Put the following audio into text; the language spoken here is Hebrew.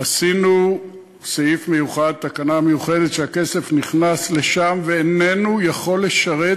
עשינו תקנה מיוחדת שהכסף נכנס לשם ואיננו יכול לשרת